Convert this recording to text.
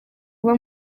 uva